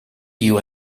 you